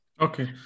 okay